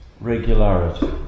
regularity